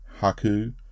Haku